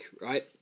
right